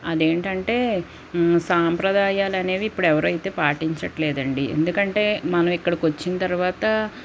అదేంటంటే సాంప్రదాయాలనేవి ఇప్పుడెవరైతే పాటించట్లేదండి ఎందుకంటే మనం ఇక్కడికొచ్చిన తరువాత